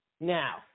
Now